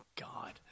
god